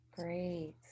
Great